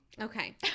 Okay